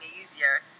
easier